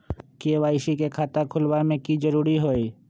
KYC के खाता खुलवा में की जरूरी होई?